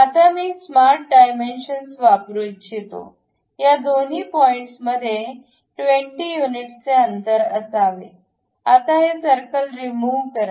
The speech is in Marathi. आता मी स्मार्ट डायमेन्शन्स वापरू इच्छितो या दोन्ही पॉईंट्स मध्ये २० युनिट चे अंतर असावे आता हे सर्कल रिमूव्ह करा